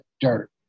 dirt